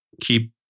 keep